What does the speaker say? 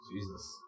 Jesus